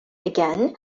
again